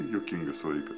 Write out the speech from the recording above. juokingas vaikas